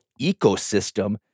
ecosystem